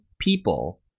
people